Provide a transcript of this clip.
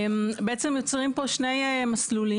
בעצם יוצרים פה שני מסלולים.